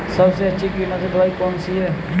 सबसे अच्छी कीटनाशक दवाई कौन सी है?